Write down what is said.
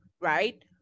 right